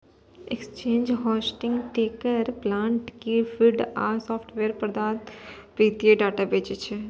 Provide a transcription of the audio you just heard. exchange, hosting, ticker plant feed आ software प्रदाता वित्तीय डाटा बेचै छै